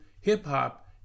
hip-hop